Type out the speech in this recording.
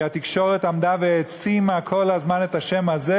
כי התקשורת עמדה והעצימה כל הזמן את השם הזה,